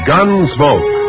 Gunsmoke